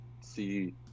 see